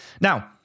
Now